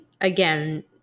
again